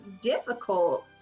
difficult